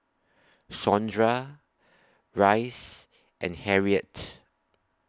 Sondra Rhys and Harriette